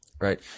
Right